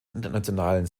internationalen